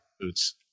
boots